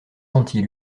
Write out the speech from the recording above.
senti